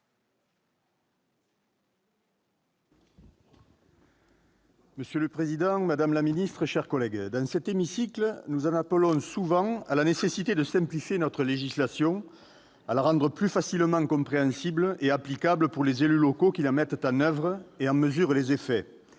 Monsieur le président, madame la ministre, mes chers collègues, dans cet hémicycle, nous en appelons souvent à la nécessité de simplifier notre législation, de la rendre plus facilement compréhensible et applicable pour les élus locaux qui la mettent en oeuvre et en mesurent les effets.